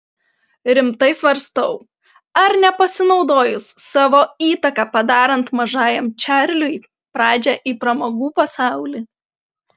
rimtai svarstau ar nepasinaudojus savo įtaka padarant mažajam čarliui pradžią į pramogų pasaulį